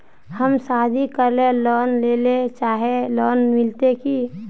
हम शादी करले लोन लेले चाहे है लोन मिलते की?